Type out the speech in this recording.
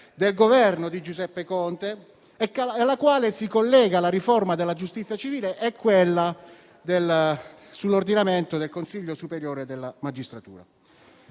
del Governo Conte, Bonafede, e ad essa si collegano la riforma della giustizia civile e quella dell'ordinamento del Consiglio superiore della magistratura.